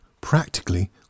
practically